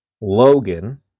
Logan